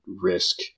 risk